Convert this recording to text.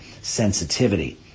sensitivity